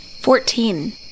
Fourteen